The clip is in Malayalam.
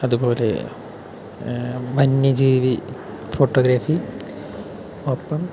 അതുപോലെ വന്യജീവി ഫോട്ടോഗ്രഫി ഒപ്പം